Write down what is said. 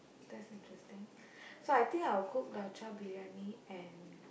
that's interesting so I think I'll cook dalcha Briyani and